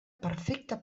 perfecta